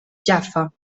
jaffa